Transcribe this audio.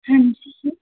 ਹਾਂਜੀ ਸਰ